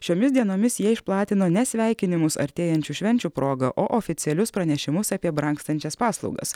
šiomis dienomis jie išplatino ne sveikinimus artėjančių švenčių proga o oficialius pranešimus apie brangstančias paslaugas